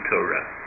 Torah